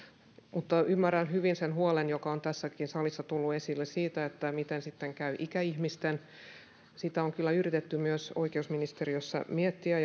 mutta ymmärrän hyvin sen huolen joka on tässäkin salissa tullut esille siitä miten sitten käy ikäihmisten sitä on kyllä yritetty myös oikeusministeriössä miettiä